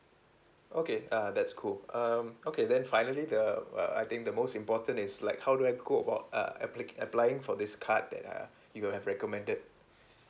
okay uh that's cool um okay then finally the uh I think the most important is like how do I go about uh appli~ applying for this card that uh you have recommended